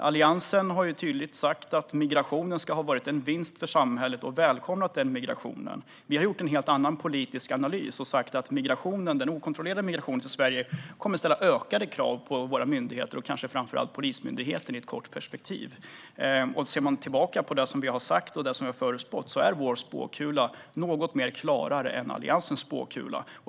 Alliansen har tydligt sagt att migrationen har varit en vinst för samhället och välkomnat den. Vi har gjort en helt annan politisk analys och sagt att den okontrollerade migrationen till Sverige kommer att ställa ökade krav på våra myndigheter, kanske framför allt Polismyndigheten, i ett kort perspektiv. Ser man tillbaka på det som vi har sagt och det som vi har förutspått är vår spåkula något klarare än Alliansens spåkula.